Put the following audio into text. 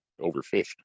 overfished